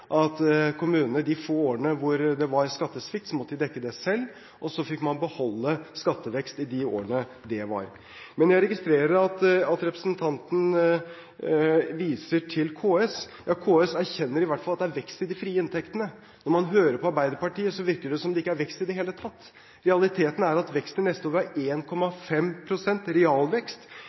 at kommunene de få årene de hadde skattesvikt, måtte dekke det selv, og så fikk man beholde skattevekst de årene de hadde det. Jeg registrerer at representanten viser til KS. KS erkjenner i hvert fall at det er vekst i de frie inntektene. Når man hører på Arbeiderpartiet, virker det som om det ikke er vekst i det hele tatt. Realiteten er at veksten til neste år er 1,5 pst. realvekst.